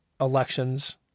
elections